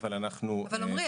אבל עמרי,